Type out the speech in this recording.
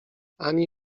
ani